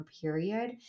period